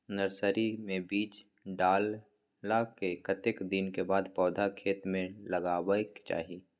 Nursery मे बीज डाललाक कतेक दिन के बाद पौधा खेत मे लगाबैक चाही?